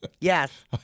Yes